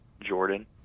jordan